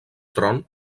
tron